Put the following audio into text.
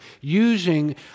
using